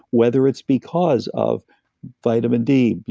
whether it's because of vitamin d,